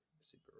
super